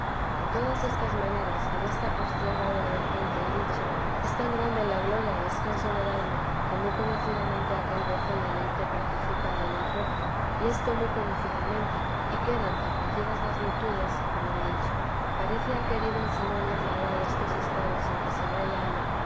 en todas estas maneras que desta postrer agua de fuente he dicho es tan grande la gloria y descanso del alma que muy conocidamente aquel gozo y deleite participa del el cuerpo y esto muy conocidamente y quedan tan crecidas las virtudes como he dicho parece lia querido el señor declarar estos estados en que se ve el alma